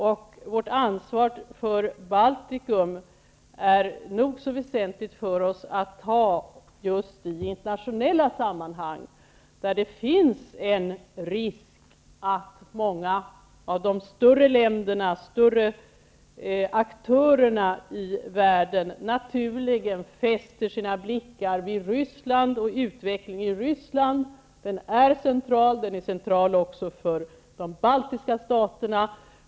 Det är väsentligt för oss att ta vårt ansvar för Baltikum just i internationella sammanhang, där det finns en risk att många av de större länderna och aktörerna i världen naturligen fäster sina blickar vid Ryssland och utvecklingen där. Den är central, och den är central också för de baltiska staterna.